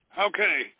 Okay